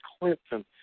Clinton